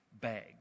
bag